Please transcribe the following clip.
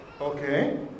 Okay